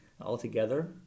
altogether